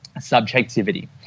subjectivity